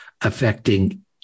affecting